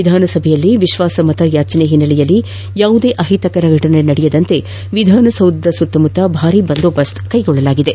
ವಿಧಾನಸಭೆಯಲ್ಲಿ ವಿಶ್ವಾಸಮತ ಯಾಚನೆ ಹಿನ್ನೆಲೆಯಲ್ಲಿ ಯಾವುದೇ ಅಹಿತಕರ ಫಟನೆ ನಡೆಯದಂತೆ ವಿಧಾನಸೌಧದ ಸುತ್ತಮುತ್ತ ಭಾರಿ ಬಿಗಿ ಪೊಲೀಸ್ ಬಂದೋಬಸ್ತ್ ಕೈಗೊಳ್ಳಲಾಗಿದೆ